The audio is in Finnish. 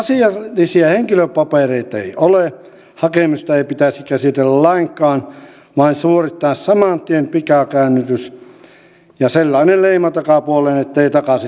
jos asiallisia henkilöpapereita ei ole hakemusta ei pitäisi käsitellä lainkaan vaan suorittaa saman tien pikakäännytys ja sellainen leima takapuoleen ettei takaisin tule